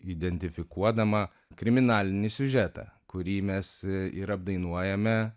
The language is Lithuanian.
identifikuodama kriminalinį siužetą kurį mes ir apdainuojame